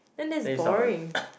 then you summon